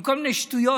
עם כל מיני שטויות.